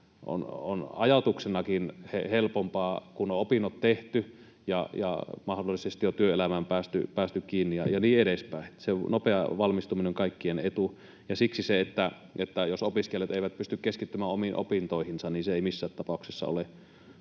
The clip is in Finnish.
on ajatuksenakin helpompaa, kun opinnot on tehty ja mahdollisesti jo työelämään päästy kiinni ja niin edespäin. Nopea valmistuminen on kaikkien etu, ja siksi se, jos opiskelijat eivät pysty keskittymään omiin opintoihinsa, ei missään tapauksessa ole